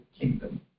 kingdom